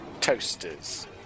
toasters